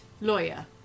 lawyer